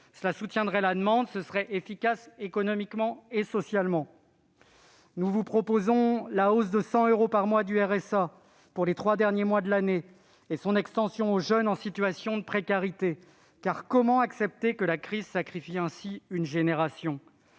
On soutiendrait la demande, et la mesure serait efficace économiquement et socialement. Nous vous proposons aussi la hausse de 100 euros par mois du RSA, pour les trois derniers mois de l'année, et son extension aux jeunes en situation de précarité. Très bien ! En effet, comment accepter que la crise sacrifie ainsi une génération ?